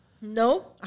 No